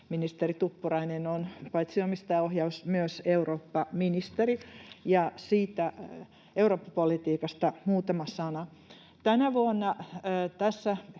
ministeri Tuppurainen on paitsi omistajaohjaus- myös eurooppaministeri, ja siitä Eurooppa-politiikasta muutama sana. Tänä vuonna tässä